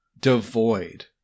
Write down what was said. devoid